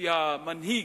כי המנהיג,